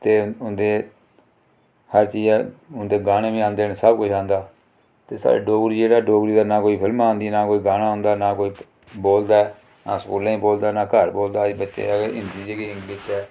ते उं'दे हर चीज़ ऐ उं'दे गाने बी आंदे न सब कुछ आंदा ते साढ़ी डोगरी जेह्ड़ी डोगरी दा ना कोई फिल्मां आंदी ना कोई गाना आंदा ना कोई बोलदा ऐ ना स्कूलें च बोलदा ना घर बोलदा बच्चे गी हिंदी जां इंग्लिश ऐ